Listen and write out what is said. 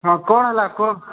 ହଁ କ'ଣ ହେଲା କୁହ